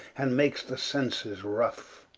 and makes the senses rough